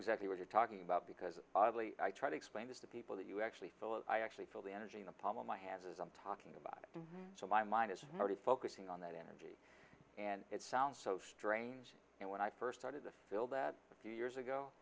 exactly what you're talking about because oddly i try to explain this to people that you actually feel i actually feel the energy in the palm of my hand as i'm talking about so my mind is marty focusing on that energy and it sounds so strange and when i first started to feel that a few years ago